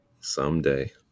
Someday